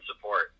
support